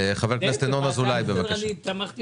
חבר הכנסת ינון אזולאי, בבקשה.